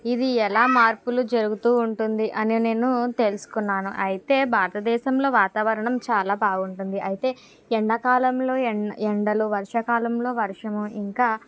ఇది ఎలా మార్పులు జరుగుతూ ఉంటుంది అనే నేను తెలుసుకున్నాను అయితే భారత దేశంలో వాతావరణం చాలా బాగుంటుంది అయితే ఎండాకాలంలో ఎం ఎండలు వర్షాకాలంలో వర్షము ఇంకా